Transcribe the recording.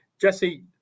Jesse